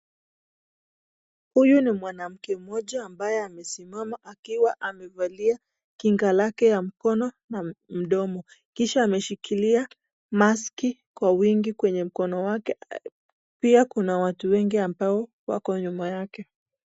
Huyu ni mwanamke mmoja ambaye amesimama akiwa amevalia kinga lake ya mkono na mdomo, kisha ameshikilia maski kwa wingi kwenye mkono wake, pia kuna watu wengi ambao wako nyuma yake.